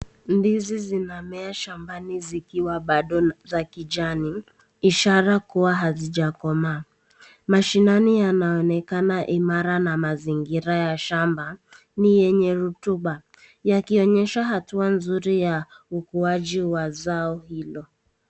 Ndizi zinamea shambani zikiwa bado za kijani ishara kuwa hazijakomaa. Mashinani yanaonekana imara na mazingira ya shamba ni yenye rutuba yakionyesha hatua nzuri ya ukuaji wa zao hilo.